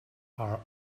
are